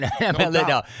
no